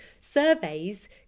surveys